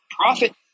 profit